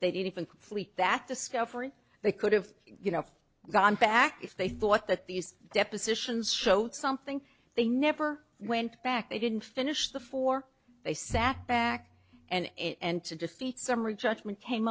they didn't even fleet that discovery they could have you know gone back if they thought that these depositions showed something they never went back they didn't finish before they sat back and it and to defeat summary judgment came